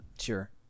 Sure